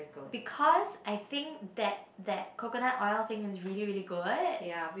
because I think that that coconut oil thing is really really good